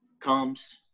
comes